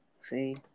See